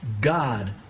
God